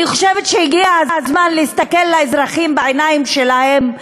אני חושבת שהגיע הזמן להסתכל לאזרחים בעיניים שלהם,